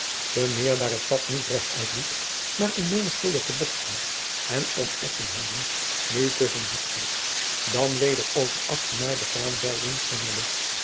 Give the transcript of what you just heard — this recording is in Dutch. te meer daar het pad niet rechtuit liep maar in menigvuldige bochten en oneffenheden nu tusschen hakhout dan weder over afgemaaide graanvelden slingerde